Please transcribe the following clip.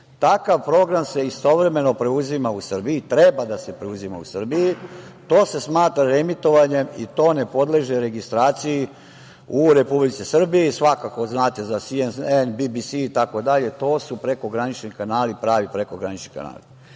Takav program se istovremeno preuzima u Srbiji, treba da se preuzima u Srbiji. To se smatra reemitovanjem i to ne podleže registraciji u Republici Srbiji. Svakako, znate za „SNN“, „BBS“, itd., to su prekogranični kanali, pravi prekogranični kanali. Mi